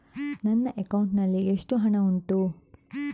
ನನ್ನ ಅಕೌಂಟ್ ನಲ್ಲಿ ಎಷ್ಟು ಹಣ ಉಂಟು?